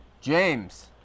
james